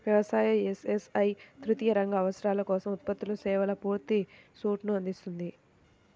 వ్యవసాయ, ఎస్.ఎస్.ఐ తృతీయ రంగ అవసరాల కోసం ఉత్పత్తులు, సేవల పూర్తి సూట్ను అందిస్తుంది